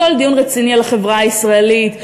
מכל דיון רציני על החברה הישראלית.